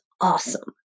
awesome